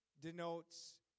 denotes